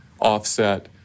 offset